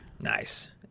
Nice